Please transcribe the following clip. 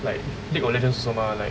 like vic olad also mah